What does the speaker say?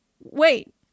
wait